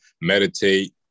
meditate